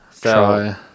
Try